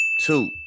Two